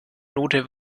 note